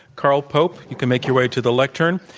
carl pope. you can make your way to the lectern.